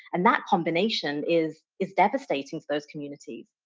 and that combination is is devastating for those communities.